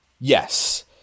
Yes